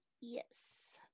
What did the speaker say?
yes